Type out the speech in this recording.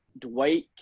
Dwight